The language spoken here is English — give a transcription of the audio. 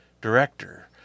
director